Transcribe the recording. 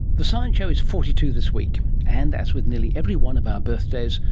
the science show is forty two this week and, as with nearly every one of our birthdays,